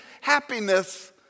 happiness